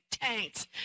tanks